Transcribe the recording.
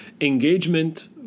engagement